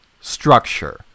structure